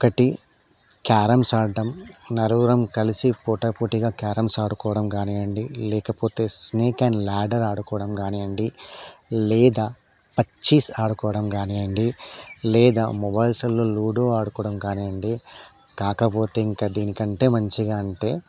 ఒకటి క్యారమ్స్ ఆడ్డం నరుగురము కలిసి పోటాపోటీగా క్యారమ్స్ ఆడుకోవడం కానివ్వండి లేకపోతే స్నేక్ అండ్ ల్యాడర్ ఆడుకోవడం కానీవ్వండి లేదా పచ్చీస్ ఆడుకోవడం కానీవ్వండి లేదా మొబైల్ సెల్లో లూడో ఆడుకోవడం కానివ్వండి కాకపోతే ఇంకా దీనికంటే మంచిగా అంటే